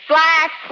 Black